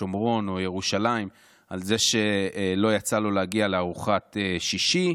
שומרון או ירושלים על זה שלא יצא לו להגיע לארוחת שישי.